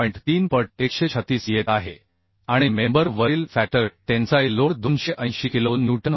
3 पट 136 येत आहे आणि मेंबर वरील factor tensile load 280 kilo newton होता